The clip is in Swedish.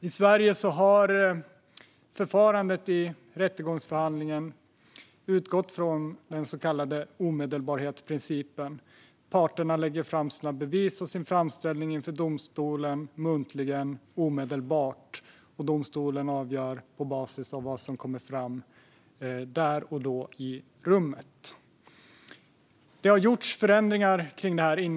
I Sverige har förfarandet i rättegångsförhandlingen utgått från den så kallade omedelbarhetsprincipen. Parterna lägger fram sina bevis och sin framställning inför domstolen muntligen och omedelbart, och domstolen avgör på basis av vad som kommer fram där och då i rummet. Det har gjorts förändringar i det här tidigare.